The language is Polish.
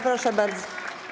Proszę bardzo.